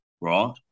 right